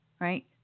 right